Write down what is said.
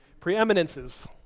preeminences